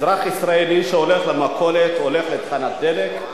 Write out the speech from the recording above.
אזרח ישראלי שהולך למכולת או הולך לתחנת דלק,